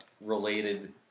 related